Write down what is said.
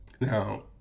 Now